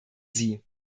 sie